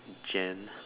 Jan